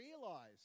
realize